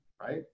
right